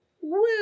woo